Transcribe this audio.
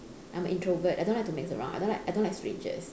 I'm an introvert I don't like to mix around I don't like I don't like strangers